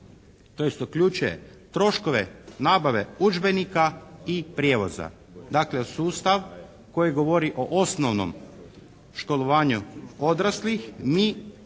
i tj. uključuje troškove nabave udžbenika i prijevoza. Dakle, sustav koji govori o osnovnom školovanju odraslih, mi dodajemo,